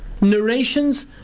narrations